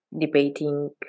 debating